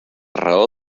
raó